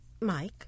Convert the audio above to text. Mike